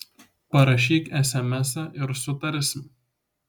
parašyk esemesą ir sutarsim